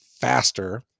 faster